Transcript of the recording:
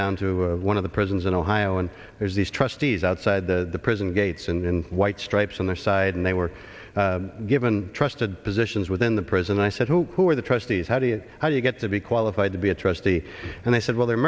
down to one of the prisons in ohio and there's these trustees outside the prison gates and white stripes on their side and they were given trusted positions within the prison i said who are the trustees how do you how do you get to be qualified to be a trustee and i said well they're